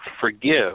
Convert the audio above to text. forgive